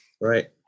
right